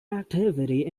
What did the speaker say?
activity